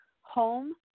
home